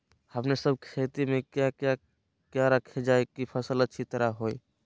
हमने सब खेती में क्या क्या किया रखा जाए की फसल अच्छी तरह होई?